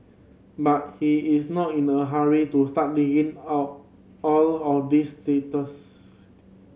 but he is not in a hurry to start digging out all of these